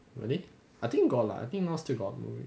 really I think got lah I think now still got movie